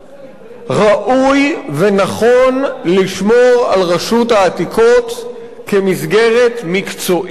ראוי ונכון לשמור על רשות העתיקות כמסגרת מקצועית,